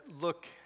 look